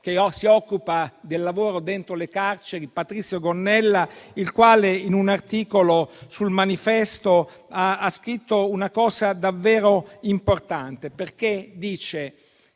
che si occupa del lavoro dentro le carceri; mi riferisco a Patrizio Gonnella, il quale, in un articolo su «il manifesto», ha scritto una cosa davvero importante. Egli dice